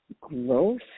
growth